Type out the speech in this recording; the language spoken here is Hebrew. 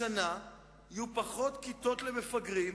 השנה יהיו פחות כיתות למפגרים